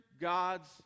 God's